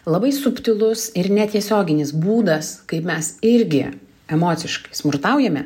labai subtilus ir netiesioginis būdas kai mes irgi emociškai smurtaujame